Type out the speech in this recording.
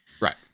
Right